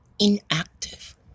inactive